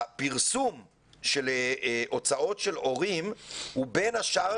הפרסום של הוצאות של הורים הוא בין השאר